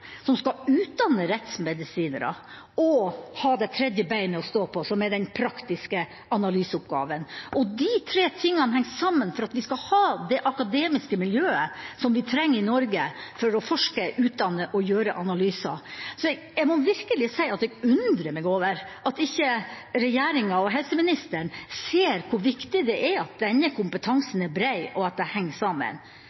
som skal utdanne rettsmedisinere, og som skal ha et tredje bein å stå på, som er den praktiske analyseoppgaven. De tre tingene henger sammen for at vi skal ha det akademiske miljøet som vi trenger i Norge for å forske, utdanne og gjøre analyser. Jeg må virkelig si at jeg undrer meg over at ikke regjeringa og helseministeren ser hvor viktig det er at denne